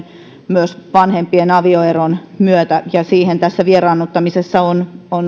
myös vanhempien avioeron myötä ja siihen tässä vieraannuttamisessa on